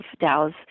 Dow's